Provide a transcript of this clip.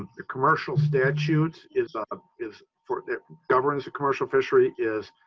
the commercial statutes is ah is for, the governance of commercial fishery is